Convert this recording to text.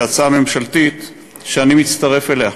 כהצעה ממשלתית שאני מצטרף אליה.